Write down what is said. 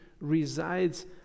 resides